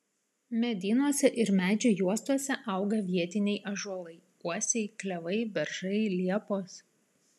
medynuose ir medžių juostose auga vietiniai ąžuolai uosiai klevai beržai liepos